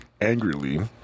angrily